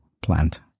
plant